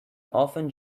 often